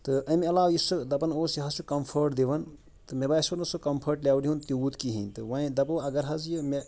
تہٕ اَمہِ علاوٕ یُس سُہ دَپان اوس یہِ حظ چھُ کمفٲٹ دِوان تہٕ مےٚ باسٮ۪و نہٕ سُہ کمفٲٹ لیٚولہِ ہُنٛد تیٛوٗت کِہیٖنٛۍ تہٕ وۄنۍ دَپو اگر حظ یہِ مےٚ